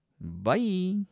Bye